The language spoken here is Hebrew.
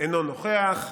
אינו נוכח.